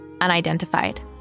unidentified